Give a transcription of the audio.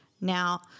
Now